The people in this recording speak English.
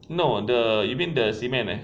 no the you mean the cement eh